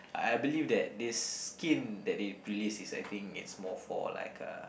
I believe that this skin that they release is I think it's more for like a